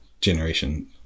generation